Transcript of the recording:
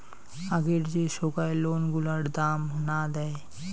আগের যে সোগায় লোন গুলার দাম না দেয়